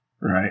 Right